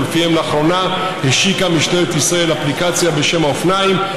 ולפיכך לאחרונה השיקה משטרת ישראל אפליקציה בשם "האופניים",